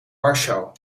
warschau